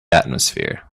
atmosphere